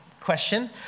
question